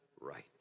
right